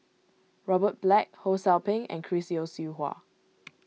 Robert Black Ho Sou Ping and Chris Yeo Siew Hua